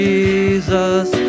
Jesus